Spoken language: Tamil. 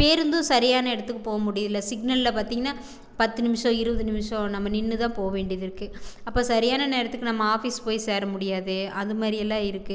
பேருந்தும் சரியான இடத்துக்கு போக முடியல சிக்னலில் பார்த்திங்கனா பத்து நிமிஷம் இருபது நிமிஷம் நம்ம நின்று தான் போக வேண்டியதாருக்கு அப்போ சரியான நேரத்துக்கு நம்ம ஆஃபிஸ் போய் சேர முடியாது அது மாதிரியெல்லாம் இருக்கு